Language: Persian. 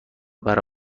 برا